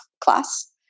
class